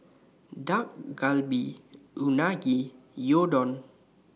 Dak Galbi Unagi Gyudon